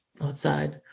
outside